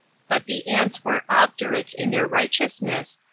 but the aunts were obdurate in their righteousness,